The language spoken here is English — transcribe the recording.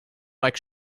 like